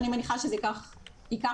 אני מניחה שזה ייקח עוד.